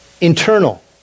internal